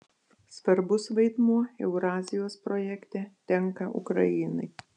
svarbus vaidmuo eurazijos projekte tenka ukrainai